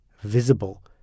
visible